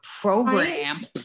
program